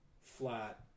flat